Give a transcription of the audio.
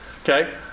Okay